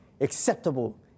acceptable